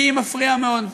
לי היא מפריעה מאוד.